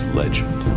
legend